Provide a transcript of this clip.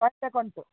joint account